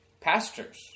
pastors